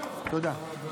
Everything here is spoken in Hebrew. תודה.